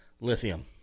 Lithium